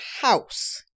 house